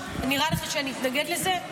נראה לך שאני אתנגד לזה?